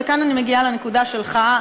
וכאן אני מגיעה לנקודה שלך,